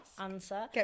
answer